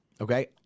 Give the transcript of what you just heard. Okay